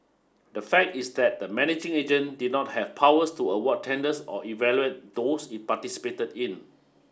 the fact is that the managing agent did not have powers to award tenders or evaluate those it participated in